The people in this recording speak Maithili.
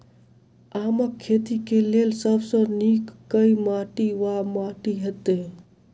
आमक खेती केँ लेल सब सऽ नीक केँ माटि वा माटि हेतै?